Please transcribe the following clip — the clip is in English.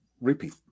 repeat